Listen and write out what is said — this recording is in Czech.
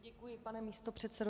Děkuji, pane místopředsedo.